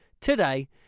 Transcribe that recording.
today